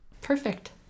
perfect